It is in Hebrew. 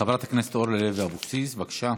חברת הכנסת אורלי לוי אבקסיס, בבקשה.